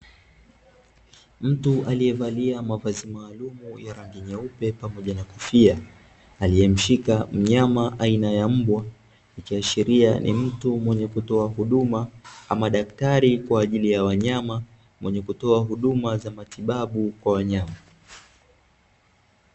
Mtu aliyevalia mavazi maalumu ya rangi nyeupe pamoja na kofia, aliyemshika mnyama aina ya mbwa ikiashiria ni mtu mwenye kutoa huduma, ama daktari kwa ajili ya wanyama wenye kutoa huduma za matibabu kwa wanyama.